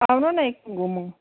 आउनु न एकछिन घुमौँ